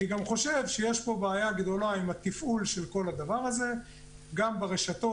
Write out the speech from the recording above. אני חושב שיש פה גם בעיה גדולה עם התפעול של כל הדבר הזה - גם ברשתות,